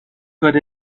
could